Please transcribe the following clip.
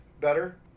Better